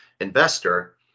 investor